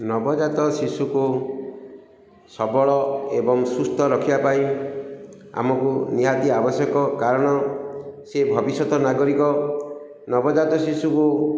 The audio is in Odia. ନବଜାତ ଶିଶୁକୁ ସବଳ ଏବଂ ସୁସ୍ଥ ରଖିବା ପାଇଁ ଆମକୁ ନିହାତି ଆବଶ୍ୟକ କାରଣ ସେ ଭବିଷ୍ୟତ ନାଗରିକ ନବଜାତ ଶିଶୁକୁ